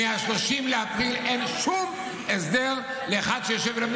מ-30 באפריל אין שום הסדר לאחד שיושב ולומד,